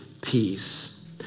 peace